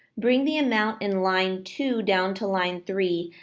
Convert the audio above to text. bring the amount in line to down to line three,